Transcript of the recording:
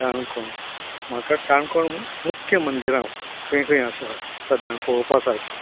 काणकोण म्हाका काणकोण मुख्य मंदीरा खंय खंय आसात सादारण पळोवपा सारकीं